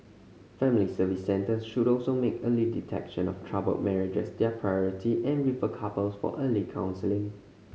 family Service Centres should also make early detection of troubled marriages their priority and refer couples for early counselling